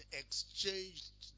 exchanged